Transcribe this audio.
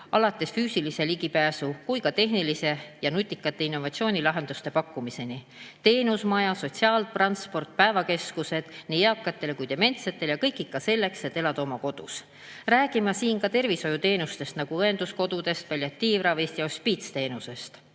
alates füüsilise ligipääsu [tagamisest] kuni tehniliste ja nutikate innovatsioonilahenduste pakkumiseni, samuti teenusmajad, sotsiaaltransport ja päevakeskused nii eakatele kui dementsetele – kõik ikka selleks, et elada oma kodus. Ma räägin siin ka tervishoiuteenustest, nagu õenduskodudest, palliatiivravist ja hospiitsteenusest.